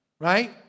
right